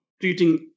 treating